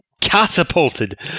catapulted